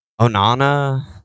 Onana